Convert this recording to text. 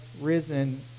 risen